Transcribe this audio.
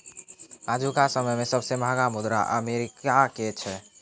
आजुका समय मे सबसे महंगा मुद्रा अमेरिका के छै